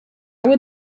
would